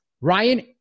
Ryan